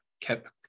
kept